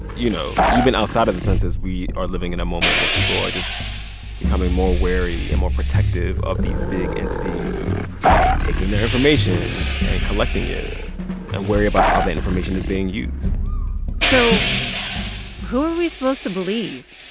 you know, even outside of the census, we are living in a moment where people are just becoming more wary and more protective of these big entities taking their information and collecting it and wary about how that information is being used so who are we supposed to believe?